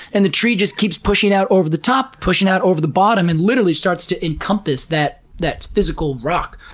and the tree just keeps pushing out over the top, pushing out over the bottom, and literally starts to encompass that that physical rock.